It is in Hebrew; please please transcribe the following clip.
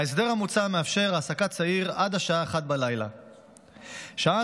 ההסדר המוצע מאפשר העסקת צעיר עד השעה 01:00. שעה